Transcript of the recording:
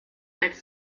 als